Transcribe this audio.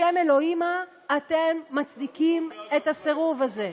בשם אלוהימה, אתם מצדיקים את הסירוב הזה?